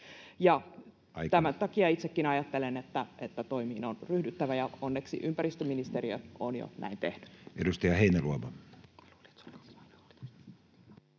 Tämän takia itsekin ajattelen, että toimiin on ryhdyttävä, ja onneksi ympäristöministeriö on jo näin tehnyt. [Speech